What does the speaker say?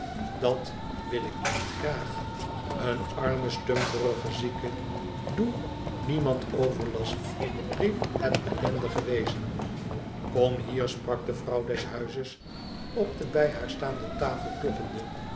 dat wil ik niet graag een arme stumperige zieke doe niemand overlast riep het ellendige wezen kom hier sprak de vrouw des huizes op de bij haar staande tafel kloppende